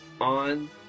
on